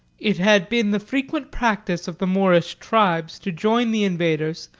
it had been the frequent practice of the moorish tribes to join the invaders,